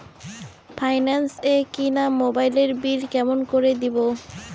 Finance এ কিনা মোবাইলের বিল কেমন করে দিবো?